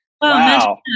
Wow